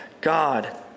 God